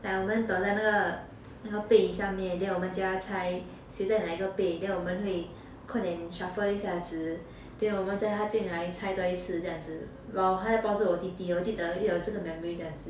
like 我们躲在那个被下面 then 我们叫他猜谁在哪一个被 then 我们会快点 shuffle 一下子 then 我们叫他进来猜多一次这样子 while 他在包住我弟弟我记得的有这个 memory 这样子